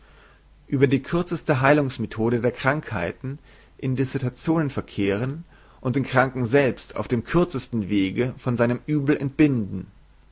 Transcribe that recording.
ueber die kürzeste heilungsmethode der krankheiten in dissertationen verkehren und den kranken selbst auf dem kürzesten wege von seinem uebel entbinden